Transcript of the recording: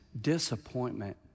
disappointment